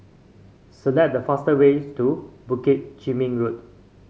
select the fast ways to Bukit Chermin Road